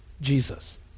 Jesus